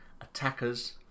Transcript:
attackers